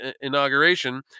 inauguration